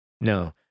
No